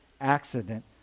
accident